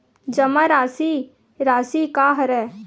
जमा राशि राशि का हरय?